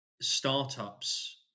startups